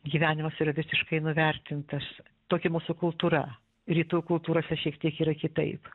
gyvenimas yra visiškai nuvertintas tokia mūsų kultūra rytų kultūrose šiek tiek yra kitaip